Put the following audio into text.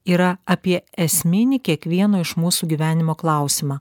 yra apie esminį kiekvieno iš mūsų gyvenimo klausimą